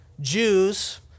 Jews